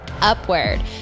upward